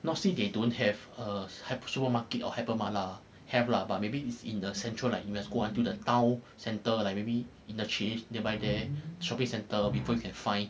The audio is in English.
not say they don't have a hyp~ supermarket or hyper mart lah have lah but maybe it's in the central like you must go into the town centre like maybe interchange nearby there shopping centre before you can find